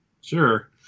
Sure